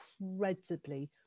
incredibly